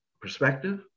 perspective